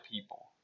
people